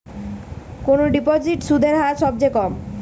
কোন ডিপোজিটে সুদের হার সবথেকে কম?